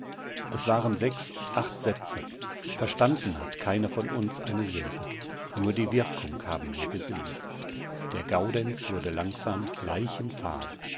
es waren sechs acht sätze verstanden hat keiner von uns eine silbe nur die wirkung haben wir gesehen der gaudenz wurde langsam leichenfahl